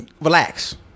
Relax